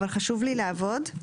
אבל חשוב לי לעבוד,